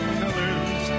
colors